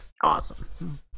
Awesome